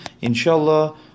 Inshallah